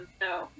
no